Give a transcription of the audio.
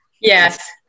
yes